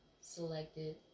selected